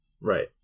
Right